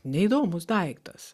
neįdomus daiktas